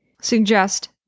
suggest